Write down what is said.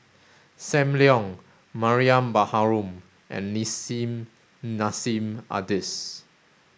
Sam Leong Mariam Baharom and Nissim Nassim Adis